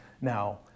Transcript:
Now